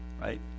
right